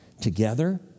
together